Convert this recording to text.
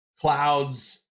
clouds